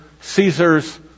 Caesar's